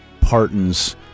Parton's